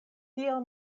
tiel